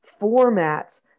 formats